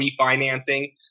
refinancing